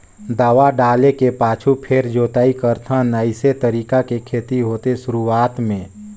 दवा डाले के पाछू फेर जोताई करथन अइसे तरीका के खेती होथे शुरूआत में